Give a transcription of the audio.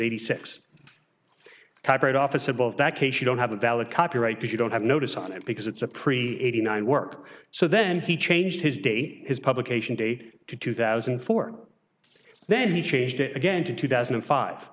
eighty six copyright office above that case you don't have a valid copyright but you don't have notice on it because it's a pre eighty nine work so then he changed his date his publication date to two thousand and four then he changed it again to two thousand and five